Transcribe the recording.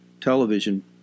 television